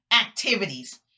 activities